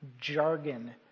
jargon